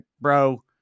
bro